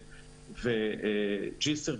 ג'סאר,